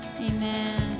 Amen